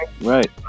right